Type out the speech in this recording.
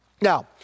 Now